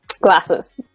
glasses